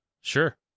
Sure